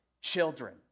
children